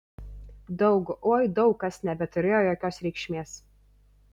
daug oi daug kas nebeturėjo jokios reikšmės